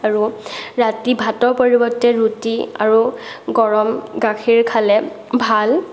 আৰু ৰাতি ভাতৰ পৰিৱৰ্তে ৰুটি আৰু গৰম গাখীৰ খালে ভাল